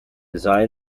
skull